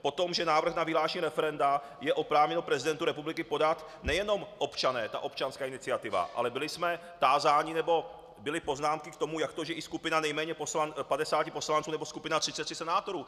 Potom, že návrh na vyhlášení referenda jsou oprávněni prezidentu republiky podat nejenom občané, ta občanská iniciativa, ale byli jsme tázáni, nebo byly poznámky k tomu, jak to, že i skupina nejméně 50 poslanců nebo skupina 33 senátorů.